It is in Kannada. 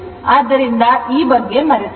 ಆದ್ದರಿಂದ ಈ ಬಗ್ಗೆ ಮರೆತುಬಿಡಿ